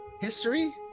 History